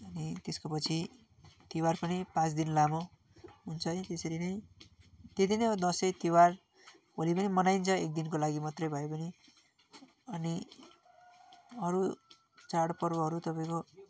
अनि त्यसको पछि तिहार पनि पाँच दिन लामो हन्छ है त्यसरी नै त्यति नै हो दसैँ तिहार होली पनि मनाइन्छ एक दिनको लागि मात्रै भए पनि अनि अरू चाडपर्वहरू तपाईँको